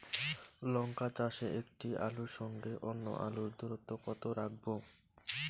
লঙ্কা চাষে একটি আলুর সঙ্গে অন্য আলুর দূরত্ব কত রাখবো?